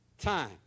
time